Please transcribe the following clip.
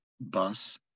bus